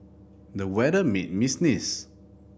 the weather made me sneeze